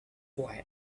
why